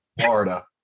Florida